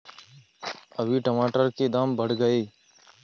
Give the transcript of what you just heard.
अभी टमाटर के दाम बढ़ गए